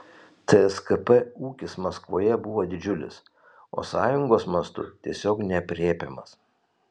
tskp ūkis maskvoje buvo didžiulis o sąjungos mastu tiesiog neaprėpiamas